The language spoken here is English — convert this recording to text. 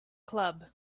club